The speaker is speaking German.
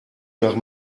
nach